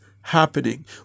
happening